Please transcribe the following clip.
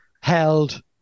held